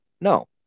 No